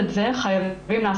פה זה לא כל כך יכאב לך",